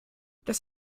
das